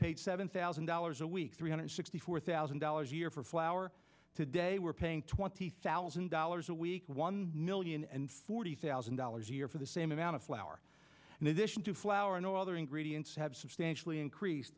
paid seven thousand dollars a week three hundred sixty four thousand dollars a year for flour today we're paying twenty thousand dollars a week one million and forty thousand dollars a year for the same amount of flour in addition to flour no other ingredients have substantially increased